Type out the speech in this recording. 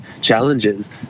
challenges